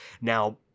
Now